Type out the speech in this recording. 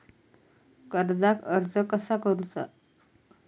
कर्जाक अर्ज कसा करुचा?